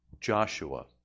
Joshua